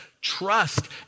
trust